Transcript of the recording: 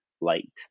light